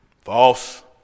false